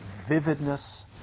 vividness